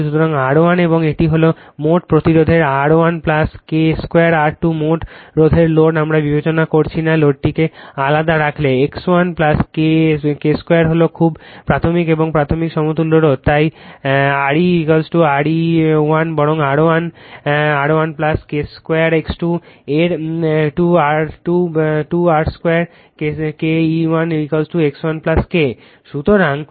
সুতরাং R1 এবং এটি হল মোট প্রতিরোধের R1 K 2 R2 মোট রোধের লোড আমরা বিবেচনা করছি না লোডটিকে আলাদা রাখলে X1 K 2 হল খুবই প্রাথমিক এবং মাধ্যমিক সমতুল্য রোধ তাই Re RE1 বরং R1 K K 2 X2 এর 2 R2 XE1 X1 K